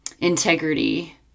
integrity